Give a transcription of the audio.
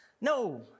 no